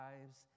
lives